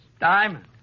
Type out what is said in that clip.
Diamond